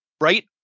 right